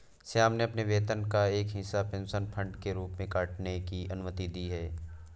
श्याम ने अपने वेतन का एक हिस्सा पेंशन फंड के रूप में काटने की अनुमति दी है